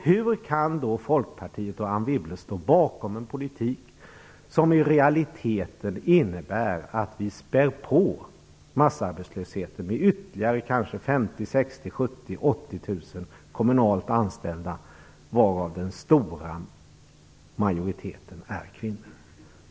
Hur kan då Folkpartiet och Anne Wibble stå bakom en politik som i realiteten innebär att vi späder på massarbetslösheten med ytterligare kanske 50 000 80 000 kommunalt anställda, varav den stora majoriteten är kvinnor?